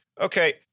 Okay